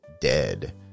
Dead